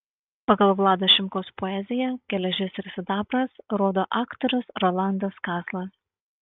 pagal vlado šimkaus poeziją geležis ir sidabras rodo aktorius rolandas kazlas